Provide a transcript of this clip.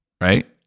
right